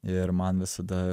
ir man visada